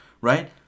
right